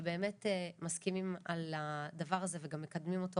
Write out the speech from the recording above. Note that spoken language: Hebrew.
שבאמת מסכימים על הדבר הזה וגם מקדמים אותו